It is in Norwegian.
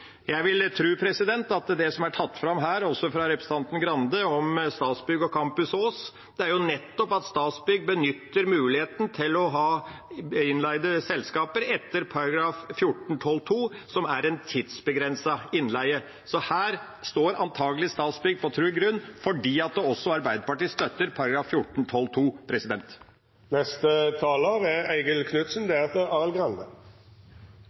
Jeg vil tro at det som er dratt fram her, også fra representanten Grande, om Statsbygg og Campus Ås, nettopp er at Statsbygg benytter muligheten til å ha innleide selskaper etter § 14-12 , som gjelder tidsbegrenset innleie. Her står antakelig Statsbygg på trygg grunn fordi også Arbeiderpartiet støtter § 14-12 Jeg vil oppfordre foregående taler til å ta en tur til presidentens hjemsted Stord, til verftet, og si til de